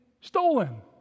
stolen